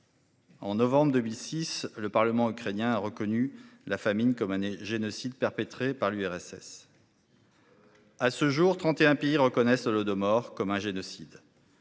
En novembre 2006, le Parlement ukrainien a reconnu la famine comme année génocide perpétré par l'URSS. À ce jour, 31 pays reconnaissent Holodomor comme un génocide.